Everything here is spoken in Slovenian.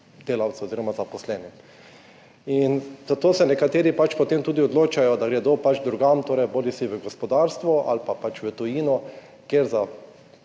delavcem oziroma zaposlenim in zato se nekateri pač potem tudi odločajo, da gredo pač drugam, bodisi v gospodarstvo ali pa pač v tujino, kjer za